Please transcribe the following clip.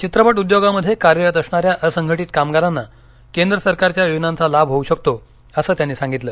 चित्रपट उद्योगामध्ये कार्यरत असणा या असंघटीत कामगारांना केंद्र सरकारच्या योजनांचा लाभ होऊ शकतो असं त्यांनी सांगितलं